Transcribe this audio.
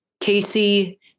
Casey